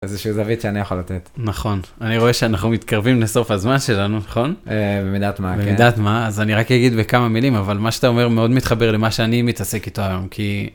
איזשהו זווית שאני יכול לתת. נכון, אני רואה שאנחנו מתקרבים לסוף הזמן שלנו נכון? במידת מה. אז אני רק אגיד בכמה מילים אבל מה שאתה אומר מאוד מתחבר למה שאני מתעסק איתו היום כי.